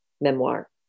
memoir